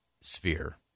sphere